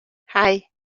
hei